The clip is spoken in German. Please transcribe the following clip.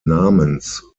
namens